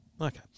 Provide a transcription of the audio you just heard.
Okay